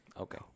Okay